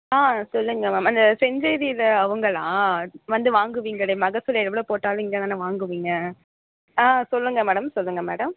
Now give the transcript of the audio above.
ஆ சொல்லுங்க மேம் அந்த செஞ்சேரியில் அவங்களா வந்து வாங்குவீங்களே மகசூல் எவ்வளோ போட்டாலும் இங்கே தான் வாங்குவீங்க ஆ சொல்லுங்க மேடம் சொல்லுங்க மேடம்